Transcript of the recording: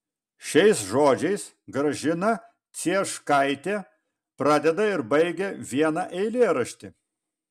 šiais žodžiais gražina cieškaitė pradeda ir baigia vieną eilėraštį